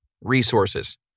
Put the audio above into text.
Resources